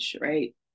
right